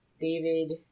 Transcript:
David